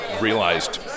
realized